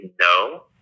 no